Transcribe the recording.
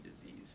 disease